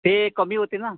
ते कमी होतील ना